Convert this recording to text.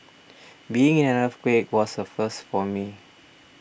being in an earthquake was a first for me